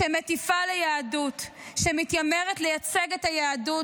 שמטיפה ליהדות, שמתיימרת לייצג את היהדות,